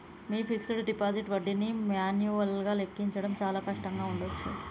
మీ fixed deposit వడ్డీని మాన్యువల్గా లెక్కించడం చాలా కష్టంగా ఉండచ్చు